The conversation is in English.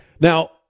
Now